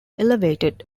elevated